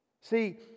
See